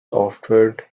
offered